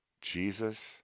Jesus